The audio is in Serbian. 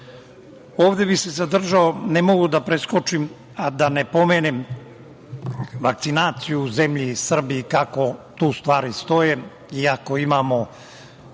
bih se zadržao, ne mogu da preskočim, da ne pomenem vakcinaciju u zemlji Srbiji, kako tu stvari stoje, iako imamo